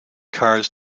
cars